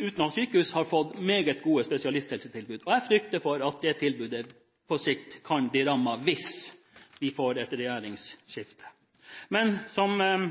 uten å ha sykehus – har fått meget gode spesialisthelsetilbud. Jeg frykter at det tilbudet på sikt kan bli rammet hvis vi får et regjeringsskifte. Men som